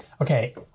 okay